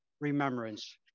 remembrance